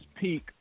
peak